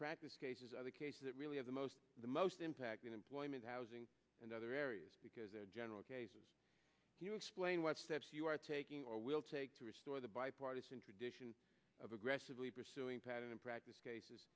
practice cases are the case that really are the most the most impact in employment housing and other areas because general cases explain what steps you are taking or will take to restore the bipartisan tradition of aggressively pursuing pattern in practice cases